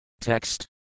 Text